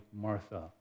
Martha